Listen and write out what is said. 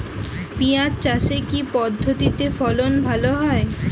পিঁয়াজ চাষে কি পদ্ধতিতে ফলন ভালো হয়?